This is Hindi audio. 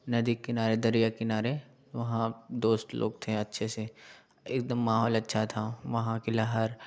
नदी के किनारे दरिया के किनारे वहाँ दोस्त लोग थे अच्छे से एकदम माहौल अच्छा था वहाँ के लहर